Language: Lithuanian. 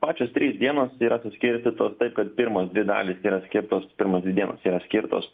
pačios trys dienos yra suskirstytos taip kad pirmos dvi dalys yra skirtos pirmos dvi dienos yra skirtos